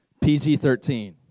PG-13